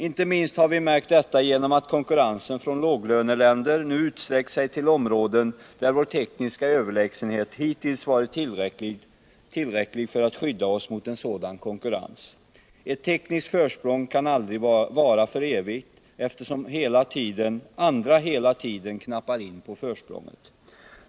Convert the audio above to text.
Inte minst har vi märkt detta genom att konkurrensen från låglöneländer nu utsträckt sig till områden, där vår tekniska överlägsenhet hittills varit tillräcklig för att skydda oss mot sådan konkurrens, Ett tekniskt försprång kan aldrig vara för evigt, eftersom andra hela tiden knappar in på försprånget.